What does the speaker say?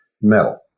metal